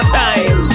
time